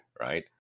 right